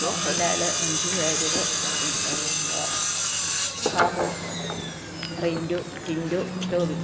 Mohanlal Manju Warrier Babu Rintu Tintu Toby